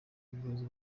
ibibazo